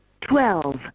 twelve